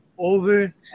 over